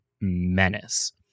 menace